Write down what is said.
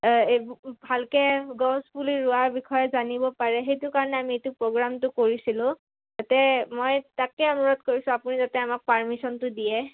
এই ভালকৈ গছ পুলি ৰোৱাৰ বিষয়ে জানিব পাৰে সেইটো কাৰণে আমি এইটো প্ৰগ্ৰামটো কৰিছিলোঁ যাতে মই তাকে অনুৰোধ কৰিছোঁ আপুনি যাতে আমাক পাৰ্মিশ্য়নটো দিয়ে